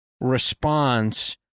response